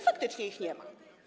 Faktycznie ich nie ma.